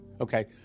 okay